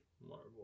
Marvel